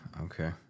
okay